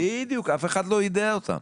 בדיוק, אף אחד לא יידע אותם.